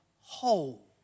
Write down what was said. whole